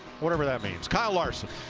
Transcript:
whatever that means. kyle larson.